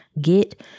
get